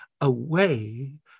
away